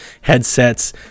headsets